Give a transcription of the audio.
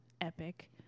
Epic